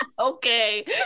okay